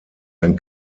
ein